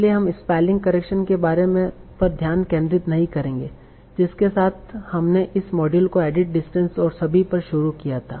इसलिए हम spelling correction के कार्य पर ध्यान केंद्रित नहीं करेंगे जिसके साथ हमने इस मॉड्यूल को एडिट डिस्टेंस और सभी पर शुरू किया था